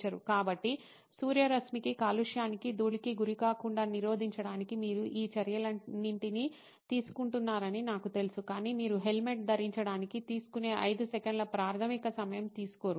కాబట్టి సూర్యరశ్మికి కాలుష్యానికి ధూళికి గురికాకుండా నిరోధించడానికి మీరు ఈ చర్యలన్నింటినీ తీసుకుంటున్నారని నాకు తెలుసు కాని మీరు హెల్మెట్ ధరించడానికి తీసుకునే 5 సెకన్ల ప్రాథమిక సమయం తీసుకోరు